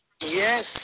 Yes